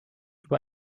über